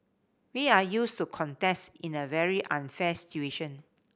we are used to contest in a very unfair situation